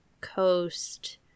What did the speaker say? Coast